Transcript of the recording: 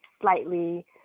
slightly